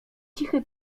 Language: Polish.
cichy